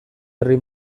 herri